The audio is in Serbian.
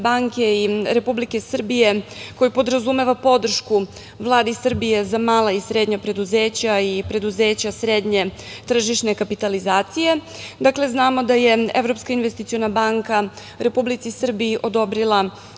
banke i Republike Srbije, koji podrazumeva podršku Vladi Srbije za mala i srednja preduzeća i preduzeća srednje tržišne kapitalizacije. Dakle, znamo da je Evropska investiciona banka Republici Srbiji odobrila